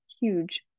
huge